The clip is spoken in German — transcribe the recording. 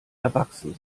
erwachsen